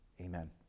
Amen